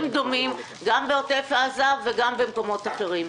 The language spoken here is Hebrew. דומים גם בעוטף עזה וגם במקומות אחרים.